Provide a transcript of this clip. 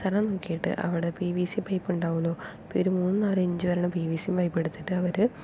സ്ഥലം നോക്കീട്ട് അവിടെ പി വി സി പൈപ്പുണ്ടാവുമല്ലോ ഇപ്പം ഇവർ മൂന്ന് നാല് ഇഞ്ച് വരണ പി വി സി പൈപ്പെടുത്തിട്ട് അവർ